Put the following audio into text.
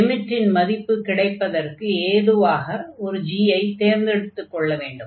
லிமிட்டின் மதிப்பு கிடைப்பதற்கு ஏதுவாக ஒரு g ஐ தேர்ந்தெடுத்துக் கொள்ள வேண்டும்